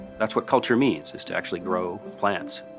that's what culture means, is to actually grow plants.